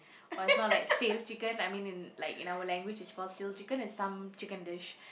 or it's not like sail chicken I mean in like in our language is call sail chicken is some chicken dish